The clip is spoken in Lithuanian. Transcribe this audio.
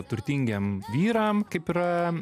turtingiem vyram kaip yra